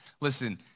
Listen